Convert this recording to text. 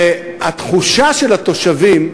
התחושה של התושבים,